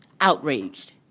outraged